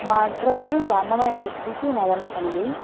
మా address Annamayya district Madanapalle